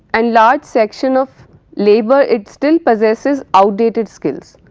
and large section of labour it still possesses outdated skills.